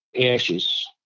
ashes